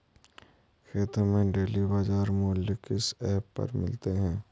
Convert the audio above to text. खेती के डेली बाज़ार मूल्य किस ऐप पर मिलते हैं?